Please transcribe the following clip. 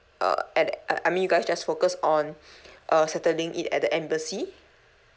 uh at I I mean you guys just focus on uh settling it at the embassy